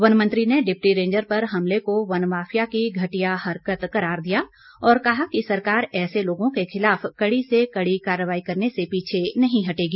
वनमंत्री ने deputy ranger पर हमले को वन माफिया की घटिया हरकत करार दिया और कहा कि सरकार ऐसे लोगों के खिलाफ कड़ी से कड़ी कार्रवाई करने से पीछे नहीं हटेगी